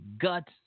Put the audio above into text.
guts